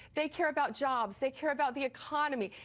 they care about jobs, they care about the economy,